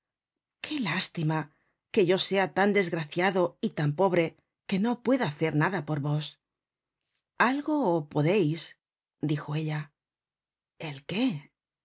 qué lástima que yo sea tan desgraciado y tan pobre y que no pueda hacer nada por vos algo podeis dijo ella el qué